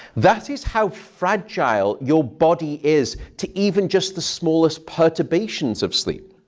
that is how fragile your body is to even just the smallest perturbations of sleep.